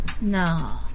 No